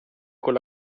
con